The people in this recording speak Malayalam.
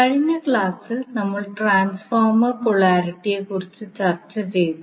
കഴിഞ്ഞ ക്ലാസ്സിൽ നമ്മൾ ട്രാൻസ്ഫോർമർ പോളാരിറ്റിയെക്കുറിച്ച് ചർച്ച ചെയ്തു